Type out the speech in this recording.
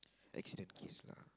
accident case lah